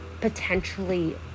potentially